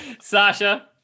Sasha